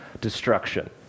destruction